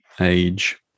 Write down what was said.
Age